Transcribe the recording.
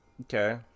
Okay